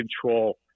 control